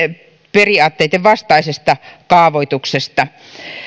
periaatteitten vastaisesta kaavoituksesta